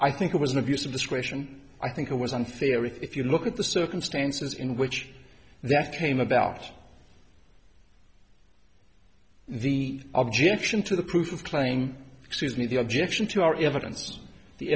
i think it was an abuse of discretion i think it was unfair if you look at the circumstances in which that came about the objection to the proof of claim excuse me the objection to our evidence